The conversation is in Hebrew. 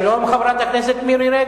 כיוון שהכרנו בה,